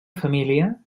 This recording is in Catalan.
família